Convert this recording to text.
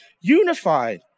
unified